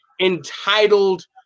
entitled